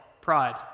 Pride